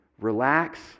relax